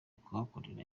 kuhakorera